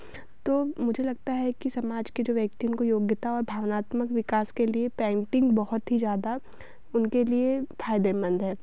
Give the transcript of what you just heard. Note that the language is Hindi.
तो मुझे लगता है कि है कि समाज के जो व्यक्ति हैं उनको योग्यता भावनात्मक विकास के लिए पैंटिन बहुत ही ज़्यादा उनके लिए फ़ायदेमंद है